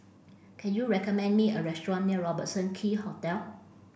can you recommend me a restaurant near Robertson Quay Hotel